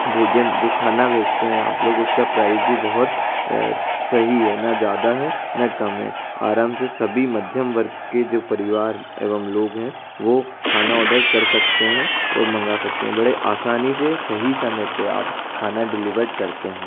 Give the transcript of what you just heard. भोजन जो खाना भेजते हैं आप लोग उसका प्राइस भी बहुत सही है ना ज़्यादा है ना कम है आराम से सभी मध्यम वर्ग के जो परिवार एवं लोग हैं वो खाना ऑर्डर कर सकते हैं और मंगा सकते हैं बड़े आसानी से सही समय पे आप खाना डिलीवर्ड करते हैं